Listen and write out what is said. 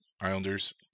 Islanders